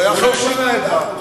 הוא לא שינה את דעתו.